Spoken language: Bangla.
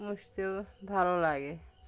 পুষতেও ভালো লাগে